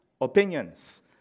opinions